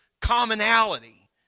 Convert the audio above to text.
commonality